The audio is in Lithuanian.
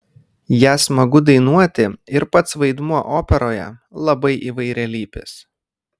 ją smagu dainuoti ir pats vaidmuo operoje labai įvairialypis